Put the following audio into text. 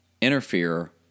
interfere